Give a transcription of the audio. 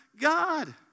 God